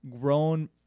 grown